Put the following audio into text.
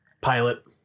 pilot